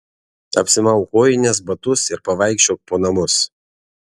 apsimauk kojines batus ir pavaikščiok po namus